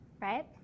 right